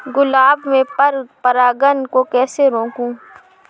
गुलाब में पर परागन को कैसे रोकुं?